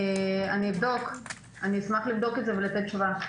ולתת תשובה.